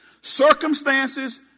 Circumstances